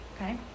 okay